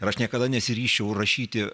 ir aš niekada nesiryžčiau rašyti